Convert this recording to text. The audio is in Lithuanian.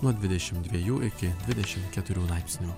nuo dvidešimt dviejų iki dvidešim keturių laipsnių